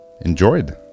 enjoyed